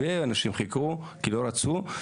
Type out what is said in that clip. אנשים חיכו כי לא רצו.